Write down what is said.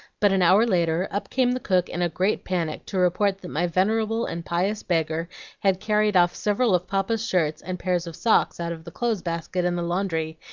but an hour later, up came the cook in a great panic to report that my venerable and pious beggar had carried off several of papa's shirts and pairs of socks out of the clothes-basket in the laundry,